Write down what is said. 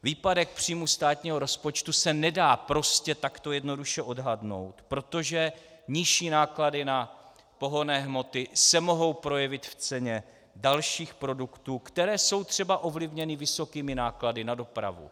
Výpadek z příjmů státního rozpočtu se nedá prostě takto jednoduše odhadnout, protože nižší náklady na pohonné hmoty se mohou projevit v ceně dalších produktů, které jsou třeba ovlivněny vysokými náklady na dopravu.